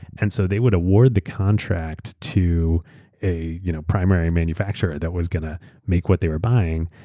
and so they would award the contract to a you know primary manufacturer that was going to make what they were buying,